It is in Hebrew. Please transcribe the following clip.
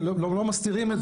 הם לא מסתירים את זה,